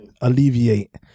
alleviate